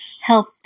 help